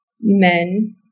men